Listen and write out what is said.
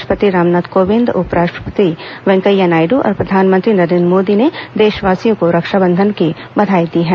राष्ट्रपति रामनाथ कोविंद उपराष्ट्रपति वेंकैया नायडू और प्रधानमंत्री नरेन्द्र मोदी ने देशवासियों को रक्षाबंधन की बधाई दी है